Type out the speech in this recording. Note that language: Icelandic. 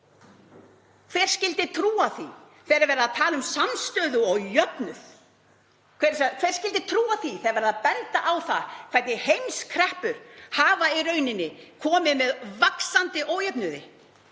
Hver skyldi trúa því þegar verið er að tala um samstöðu og jöfnuð? Hver skyldi trúa því þegar verið er að benda á það hvernig heimskreppur hafa í raun komið með vaxandi ójöfnuði?